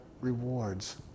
rewards